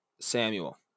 Samuel